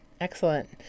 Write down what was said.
Excellent